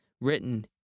written